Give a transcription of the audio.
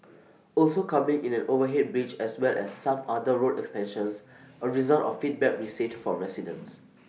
also coming in an overhead bridge as well as some other road extensions A result of feedback received from residents